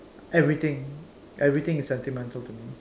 everything everything is sentimental to me